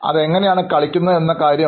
അത് എങ്ങനെയാണ് കളിക്കുന്നത് എന്ന കാര്യം